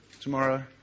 tomorrow